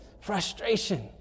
Frustration